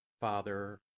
Father